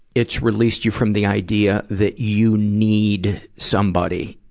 it's released you from the idea that you need somebody,